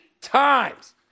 times